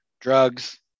drugs